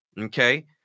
Okay